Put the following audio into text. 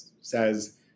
says